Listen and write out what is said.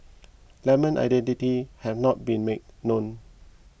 lemon identity has not been made known